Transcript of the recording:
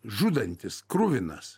žudantis kruvinas